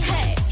Hey